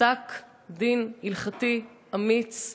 פסק-דין הלכתי, אמיץ,